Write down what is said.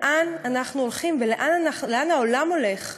לאן אנחנו הולכים ולאן העולם הולך.